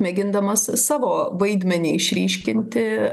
mėgindamas savo vaidmenį išryškinti